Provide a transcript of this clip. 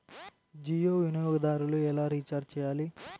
జియో వినియోగదారులు ఎలా రీఛార్జ్ చేయాలి?